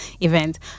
event